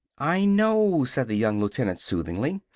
i know, said the young lieutenant soothingly.